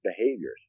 behaviors